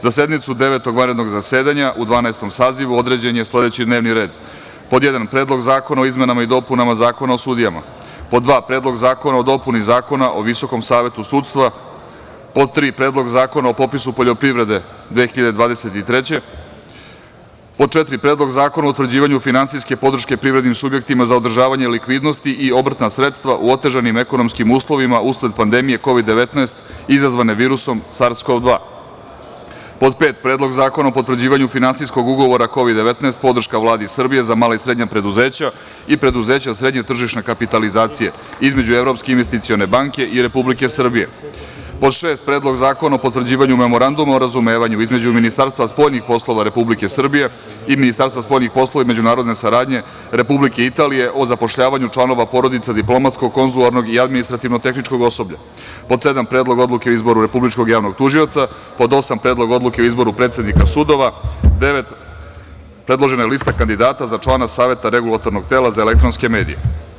Za sednicu Devetog vanrednog zasedanja u Dvanaestom sazivu određen je sledeći D n e v n i r e d 1. Predlog zakona o izmenama i dopunama Zakona o sudijama; 2. Predlog zakona o dopuni Zakona o Visokom savetu sudstva; 3. Predlog zakona o popisu poljoprivrede 2023. godine; 4. Predlog zakona o utvrđivanju finansijske podrške privrednim subjektima za održavanje likvidnosti i obrtna sredstva u otežanim ekonomskim uslovima usled pandemije Kovid 19 izazvane virusom Sars kov 2; 5. Predlog zakona o potvrđivanju finansijskog ugovora Kovid 19, podrška Vladi Srbije za mala i srednja preduzeća i preduzeća srednje tržišne kapitalizacije između Evropske investicione banke i Republike Srbije; 6. Predlog zakona o potvrđivanju Memoranduma o razumevanju između Ministarstva spoljnih poslova Republike Srbije i Ministarstva spoljnih poslova i međunarodne saradnje Republike Italije o zapošljavanju članova porodica diplomatsko-konzularnog i administrativno-tehničko osoblja; 7. Predlog odluke o izboru Republičkog javnog tužioca; 8. Predlog odluke o izboru predsednika sudova; 9. Predložena lista kandidata za člana Saveta Regulatornog tela za elektronske medije.